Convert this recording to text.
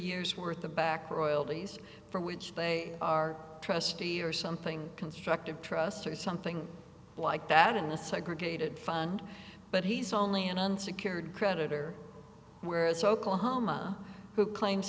years worth of back royalties from which they are trustee or something constructive trust or something like that in a segregated fund but he's only an unsecured creditor whereas oklahoma who claims